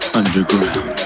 underground